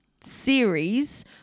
series